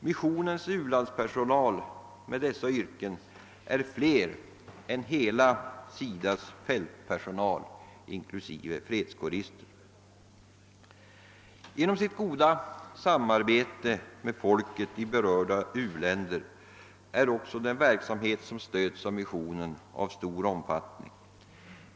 Missionens u-landspersonal med dessa yrken är fler än hela SIDA:s fältpersonal inklusive fredskårister. Genom det goda samarbete med folket i berörda u-länder blir också den verksamhet som stöds av missionen av stor omfattning.